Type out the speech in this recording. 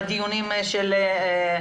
בכל מקום.